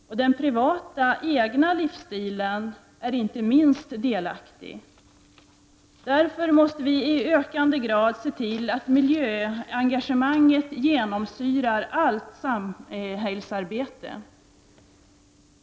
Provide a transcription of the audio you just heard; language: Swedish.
Den privata egna livsstilen är inte minst delaktig. Därför måste vi i ökande grad se till att miljöengagemanget genomsyrar allt samhällsarbete.